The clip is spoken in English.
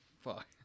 Fuck